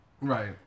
Right